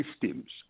systems